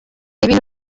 ibintu